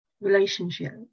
relationship